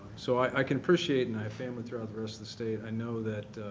so i can appreciate and i have family throughout the rest of the state. i know that